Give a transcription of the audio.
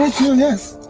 this.